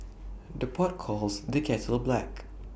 the pot calls the kettle black